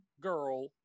girl